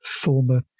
former